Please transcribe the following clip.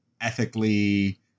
ethically